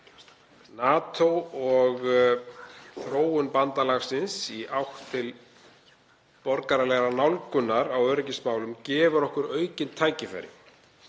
NATO og þróun bandalagsins í átt til borgaralegrar nálgunar á öryggismálum gefur okkur aukin tækifæri,